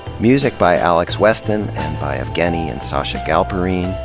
music by alex weston, and by evgueni and sacha galperine.